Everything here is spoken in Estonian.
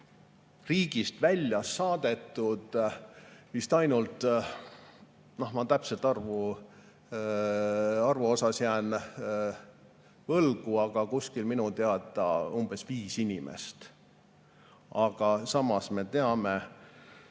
riigist välja saadetud vist ainult, ma täpse arvu jään võlgu, aga minu teada umbes viis inimest. Aga samas me teame,